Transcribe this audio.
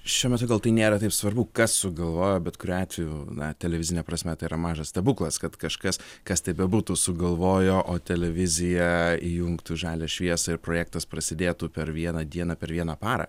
šiuo metu gal tai nėra taip svarbu kas sugalvojo bet kuriuo atveju na televizine prasme tai yra mažas stebuklas kad kažkas kas tai bebūtų sugalvojo o televizija įjungtų žalią šviesą ir projektas prasidėtų per vieną dieną per vieną parą